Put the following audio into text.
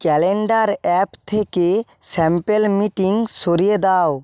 calendar app থেকে sample meeting সরিয়ে দাও